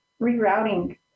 rerouting